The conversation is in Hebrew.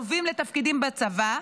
טובים לתפקידים בצבא,